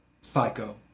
psycho